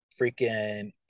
freaking